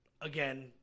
again